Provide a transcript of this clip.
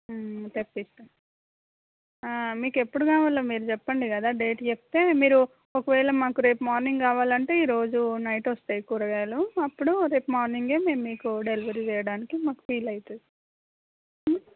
తెప్పిస్తాను మీకు ఎప్పుడు కావాలో మీరు చెప్పండి కదా డేట్ చెప్తే మీరు ఒకవేళ రేపు మార్నింగ్ కావాలి అంటే ఈరోజు నైట్ వస్తాయి కూరగాయలు అప్పుడు రేపు మార్నింగే మేము మీకు డెలివరీ చేయడానికి మాకు వీలవుతుంది